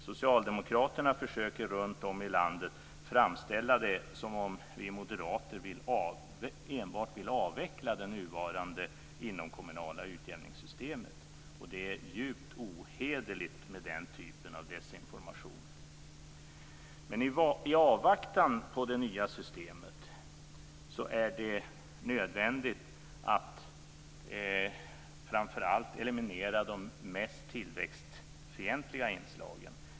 Socialdemokraterna försöker runt om i landet framställa det som om vi moderater enbart vill avveckla det nuvarande inomkommunala utjämningssystemet. Det är djupt ohederligt med den typen av desinformation. I avvaktan på det nya systemet är det nödvändigt att framför allt eliminera de mest tillväxtfientliga inslagen.